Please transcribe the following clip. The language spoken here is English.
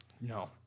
No